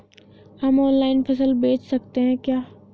हम ऑनलाइन फसल बेच सकते हैं क्या?